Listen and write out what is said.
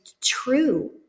true